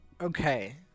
Okay